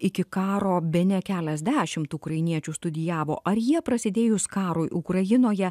iki karo bene keliasdešimt ukrainiečių studijavo ar jie prasidėjus karui ukrainoje